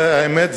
האמת,